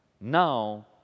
Now